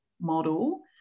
model